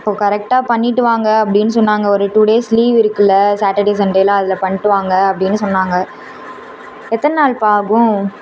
இப்போது கரெக்டாக பண்ணிவிட்டு வாங்க அப்படின்னு சொன்னாங்க ஒரு டூ டேஸ் லீவு இருக்குதுல்ல சாட்டர்டே சண்டேயில் அதில் பண்ணிட்டு வாங்க அப்படின்னு சொன்னாங்க எத்தனை நாளுப்பா ஆகும்